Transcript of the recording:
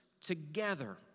together